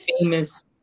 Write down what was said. famous